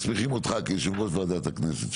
מסמיכים אותך כיושב-ראש ועדת הכנסת,